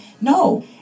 No